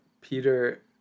Peter